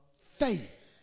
faith